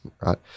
right